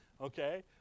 Okay